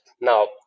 Now